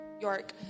York